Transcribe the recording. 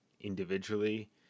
individually